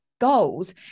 goals